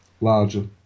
larger